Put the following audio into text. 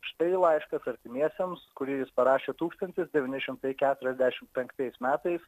štai laiškas artimiesiems kurį jis parašė tūkstantis devyni šimtai keturiasdešim penktais metais